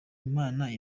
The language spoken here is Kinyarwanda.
imana